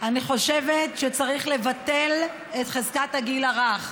אני חושבת שצריך לבטל את חזקת הגיל הרך.